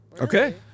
Okay